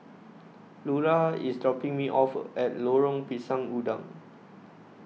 Lular IS dropping Me off At Lorong Pisang Udang